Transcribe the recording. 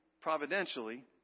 providentially